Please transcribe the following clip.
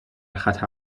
خطر